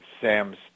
Sam's